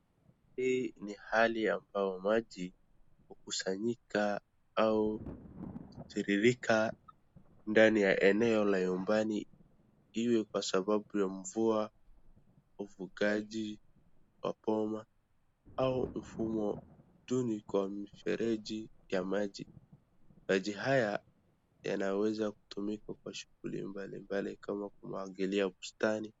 Hii ni hali ambao maji husanyika au hutiririka ndani ya eneo la nyumbani iwe kwa sababu ya mvua, ufugaji wa boma au mfumo duni kwa mifereji ya maji. Maji haya yanaweza kutumika kwa shughuli mbalimbali kama kumwagilia bustani.